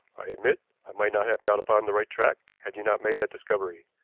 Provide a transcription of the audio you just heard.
i admit i might not have got upon the right track had you not made that discovery.